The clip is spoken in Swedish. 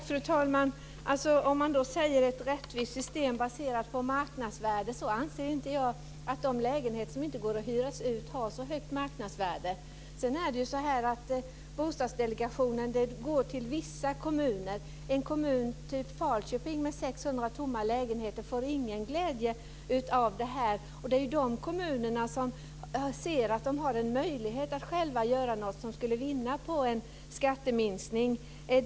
Fru talman! Statsrådet säger att det ska vara ett rättvist system baserat på marknadsvärdet, men jag anser inte att de lägenheter som inte går att hyra ut har ett så högt marknadsvärde. Pengarna går till vissa kommuner via Bostadsdelegationen. En kommun typ Falköping med 600 tomma lägenheter får ingen glädje av det här. Det är de kommuner som ser att de har en möjlighet att själva göra något som skulle vinna på en skatteminskning.